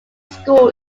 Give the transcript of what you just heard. school